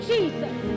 Jesus